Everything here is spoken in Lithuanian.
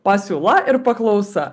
pasiūla ir paklausa